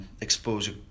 exposure